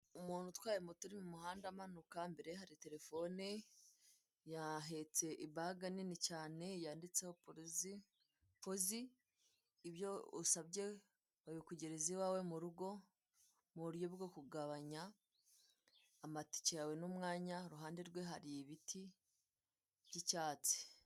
Umuntu utwaye moto uri mumuhanda amanuka, imbere hari telephone yahetse ibaga nini cyane yanditseho poz, ibyo usabye babikugereza iwawe mu rugo mu buryo bwo kugabanya amatike yawe n'umwanya, iruhande rwe hari ibiti by'icyatsi.